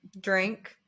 drink